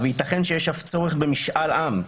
וייתכן שיש אף צורך במשאל עם.